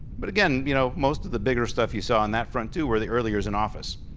but again, you know, most of the bigger stuff you saw on that front too were the early years in office.